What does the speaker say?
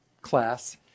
class